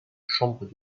chambres